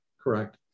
Correct